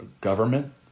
government